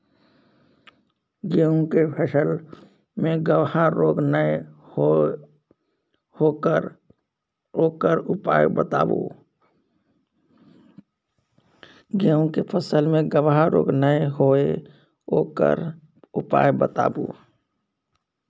गेहूँ के फसल मे गबहा रोग नय होय ओकर उपाय बताबू?